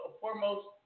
foremost